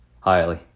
Highly